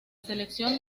selección